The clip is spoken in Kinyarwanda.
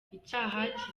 icyaha